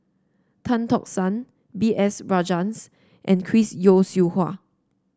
Tan Tock San B S Rajhans and Chris Yeo Siew Hua